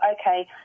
okay